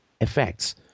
effects